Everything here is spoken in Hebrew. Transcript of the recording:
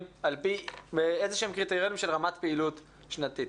על פי איזה שהם קריטריונים של רמת פעילות שנתית.